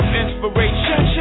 inspiration